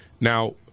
Now